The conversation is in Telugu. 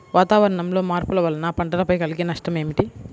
వాతావరణంలో మార్పుల వలన పంటలపై కలిగే నష్టం ఏమిటీ?